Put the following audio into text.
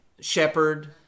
shepherd